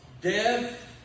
Death